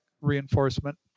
reinforcement